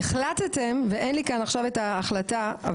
החלטתם ואין לי עכשיו את ההחלטה,